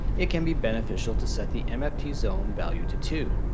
it can be beneficial to set the mft zone value to two.